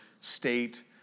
state